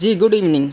G good evening